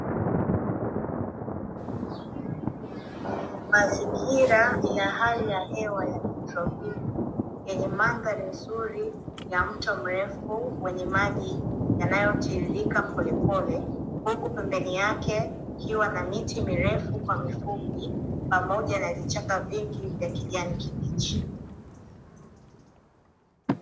Mazingira ya hali hewa ya kitropiki yenye mandhari nzuri ya mto mrefu wenye maji yanayotiririka polepole. Huku pembeni yake kukiwa na miti mirefu kwa mifupi, pamoja na vichaka vingi vya kijani kibichi.